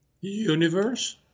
universe